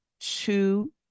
two